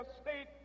state